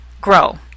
grow